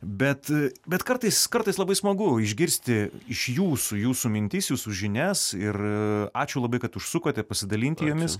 bet bet kartais kartais labai smagu išgirsti iš jūsų jūsų mintis jūsų žinias ir ačiū labai kad užsukote pasidalinti jomis